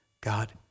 God